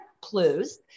clues